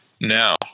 Now